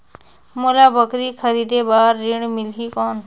मोला बकरी खरीदे बार ऋण मिलही कौन?